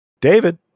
David